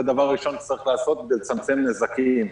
זה דבר ראשון שצריך לעשות כדי לצמצם נזקים.